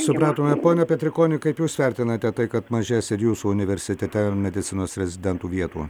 supratome pone petrikoni kaip jūs vertinate tai kad mažės ir jūsų universitete medicinos rezidentų vietų